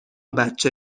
بچه